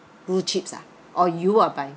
blue chips ah or you are buying